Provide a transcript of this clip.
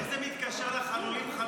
איך זה מתקשר לחלולים חלולים?